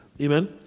Amen